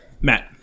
matt